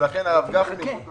לכן הרב גפני,